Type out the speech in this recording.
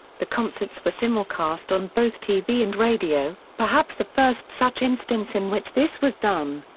the concerts were simulcast on both tv and radio, perhaps the first such instance in which this was done.